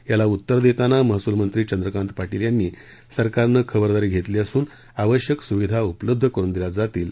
याला उत्तर देताना महसूल मंत्री चंद्रकांत पाटील यांनी सरकारनं खबरदारी घेतली असून आवश्यक सुविधा उपलब्ध करून दिल्या जातील असं आक्षासन दिलं